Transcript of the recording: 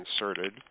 inserted